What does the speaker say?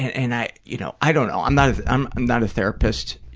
and and i you know i don't know, i'm not i'm not a therapist.